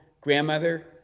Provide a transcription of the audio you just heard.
grandmother